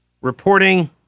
reporting